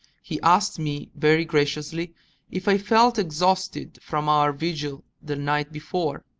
he asked me very graciously if i felt exhausted from our vigil the night before.